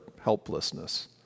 helplessness